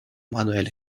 manuel